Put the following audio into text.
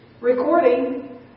recording